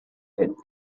that